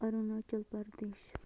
Arunachal Pradesh